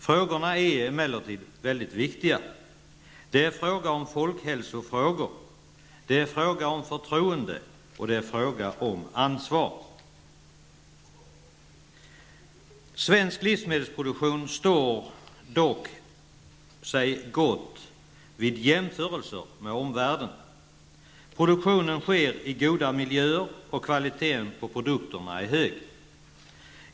Frågorna är emellertid mycket viktiga. Det gäller folkhälsofrågor, det gäller förtroende och ansvar. Svensk livsmedelsproduktion står sig dock gott vid jämförelser med omvärlden. Produktionen sker i goda miljöer, och kvaliteten på produkterna är hög.